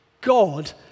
God